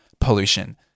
pollution